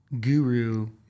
guru